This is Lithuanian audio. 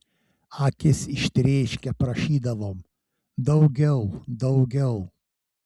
akis ištrėškę prašydavom daugiau daugiau